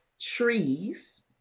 trees